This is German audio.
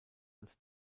als